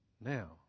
Now